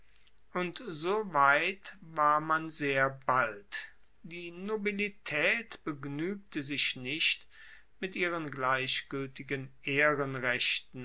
und so weit war man sehr bald die nobilitaet begnuegte sich nicht mit ihren gleichgueltigen ehrenrechten